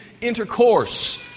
intercourse